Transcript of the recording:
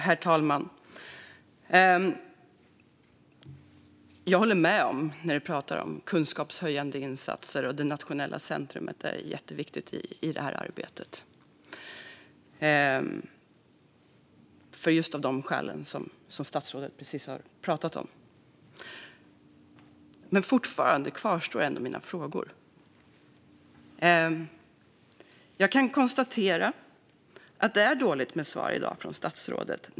Herr talman! Jag håller med om att det är jätteviktigt med kunskapshöjande insatser och ett nationellt centrum av just de skäl som statsrådet nämnde. Men mina frågor kvarstår, för det är dåligt med svar från statsrådet.